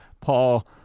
paul